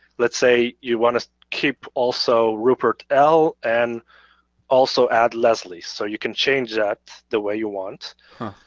let's say you want to keep also rupert l. and also add leslie, so you can changee that the way you want.